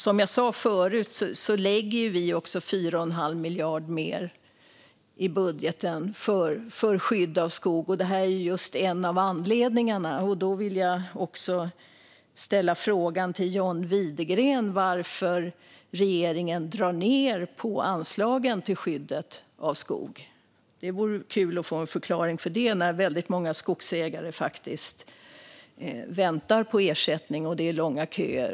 Som jag sa förut lägger vi 4 1⁄2 miljard mer i budgeten för skydd av skog, och detta är just en av anledningarna. Då vill jag ställa frågan till John Widegren: Varför drar regeringen ned på anslagen till skydd av skog? Det vore kul att få en förklaring till det när väldigt många skogsägare faktiskt väntar på ersättning och när det är långa köer.